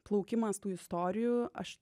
plaukimas tų istorijų aš